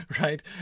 right